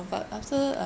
but after